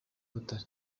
butare